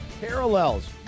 parallels